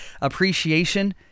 appreciation